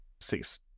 six